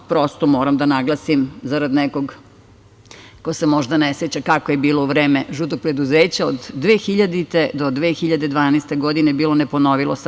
To, prosto, moram da naglasim zarad nekog ko se možda ne seća kako je bilo u vreme žutog preduzeća, od 2000. do 2012. godine, bilo, ne ponovilo se.